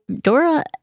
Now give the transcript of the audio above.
Dora